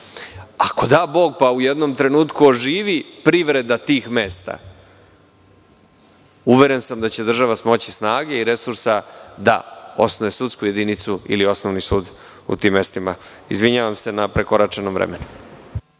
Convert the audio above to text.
Ako da Bog pa u jednom trenutku oživi privreda tih mesta, uveren sam da će država smoći snage i resursa da osnuje sudsku jedinicu ili osnovni sud u tim mestima. Izvinjavam se na prekoračenom vremenu.